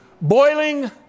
Boiling